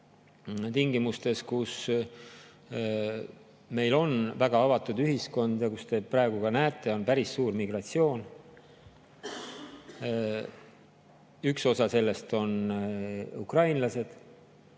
tingimustes, kus meil on väga avatud ühiskond ja kus, nagu näete, on päris suur migratsioon. Üks osa sellest on ukrainlased,